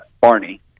Barney